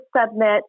submit